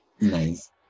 Nice